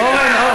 רגע,